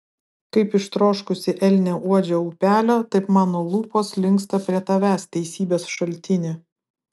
kaip ištroškusi elnė uodžia upelio taip mano lūpos linksta prie tavęs teisybės šaltini